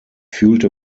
fühlte